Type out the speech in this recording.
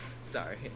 sorry